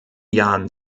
jahren